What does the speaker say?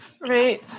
right